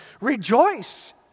Rejoice